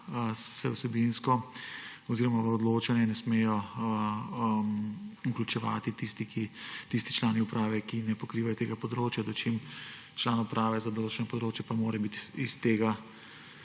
se vsebinsko oziroma v odločanje ne smejo vključevati tisti člani uprave, ki ne pokrivajo tega področja, dočim član uprave za določeno področje pa mora biti